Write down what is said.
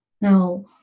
Now